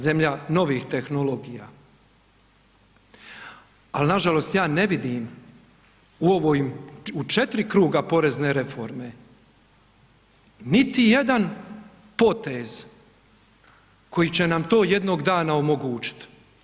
Zemlja novih tehnologija ali nažalost ja ne vidim u ovim, u 4 kruga porezne reforme niti jedan potez koji će nam to jednog dana omogućit.